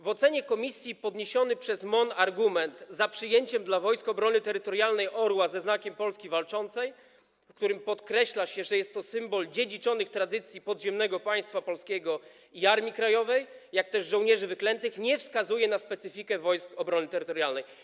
W ocenie komisji podniesiony przez MON argument za przyjęciem dla Wojsk Obrony Terytorialnej orła ze Znakiem Polski Walczącej, w którym podkreśla się, że jest to symbol dziedziczonych tradycji podziemnego państwa polskiego i Armii Krajowej, jak też żołnierzy wyklętych, nie wskazuje na specyfikę Wojsk Obrony Terytorialnej.